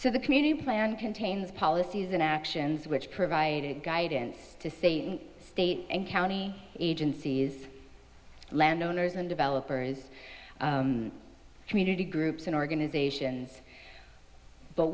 so the community plan contains policies and actions which provided guidance to say the state and county agencies landowners and developers community groups and organizations but